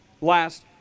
last